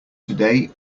today